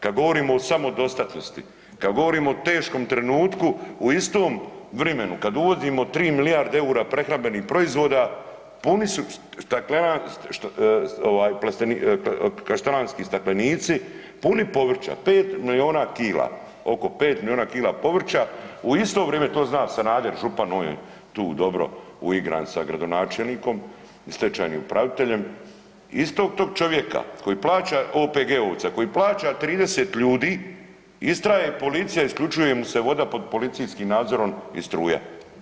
Kad govorimo o samodostatnosti, kad govorimo o teškom trenutku u istom vrimenu kad uvozimo 3 milijarde EUR-a prehrambenih proizvoda puni su ovaj kaštelanski staklenci, puni povrća, 5 miliona kila, oko 5 miliona kila povrća, u isto vrijeme, to zna Sanader župan on je tu dobro uigran sa gradonačelnikom i stečajnim upraviteljem, istog tog čovjeka koji plaća, OPG-ovca, koji plaća 30 ljudi, isteraje policija, isključuje mu se voda pod policijskim nadzorom i struja.